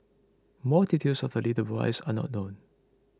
more details of the little boys are not known